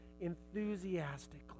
enthusiastically